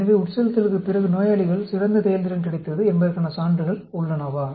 எனவே உட்செலுத்தலுக்குப் பிறகு நோயாளிகளுக்கு சிறந்த செயல்திறன் கிடைத்தது என்பதற்கான சான்றுகள் உள்ளனவா